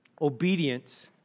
Obedience